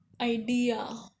idea